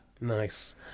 Nice